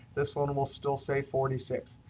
this one will still say forty six.